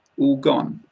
all gone,